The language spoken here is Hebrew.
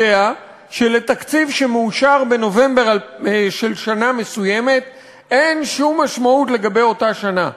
שלתקציב שמאושר בנובמבר של שנה מסוימת אין שום משמעות לגבי אותה שנה.